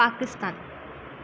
Pakistan